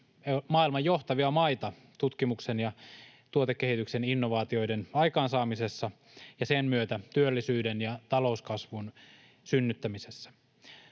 maailman johtavia maita tutkimuksen ja tuotekehityksen innovaatioiden aikaansaamisessa ja sen myötä työllisyyden ja talouskasvun synnyttämisessä.